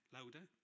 Louder